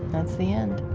that's the end.